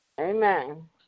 Amen